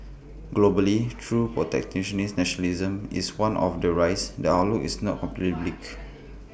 globally though protectionist nationalism is one the rise the outlook is not completely bleak